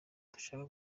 dushaka